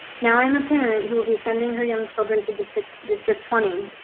now i'm a parent who will be sending her young children to district district twenty.